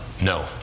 No